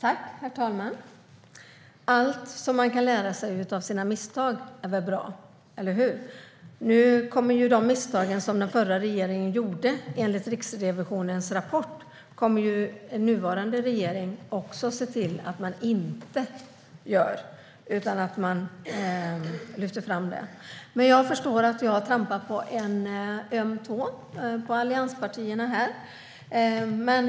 Herr talman! Allt som man kan lära sig av sina misstag är väl bra, eller hur? Nu kommer nuvarande regering att se till att den inte gör de misstag som den förra regeringen gjorde, enligt Riksrevisionens rapport, utan lyfter fram det. Jag förstår att jag har trampat på en öm tå hos allianspartierna.